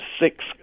six